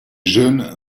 jeunes